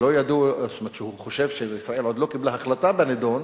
שהוא חושב שישראל עוד לא קיבלה החלטה בנדון,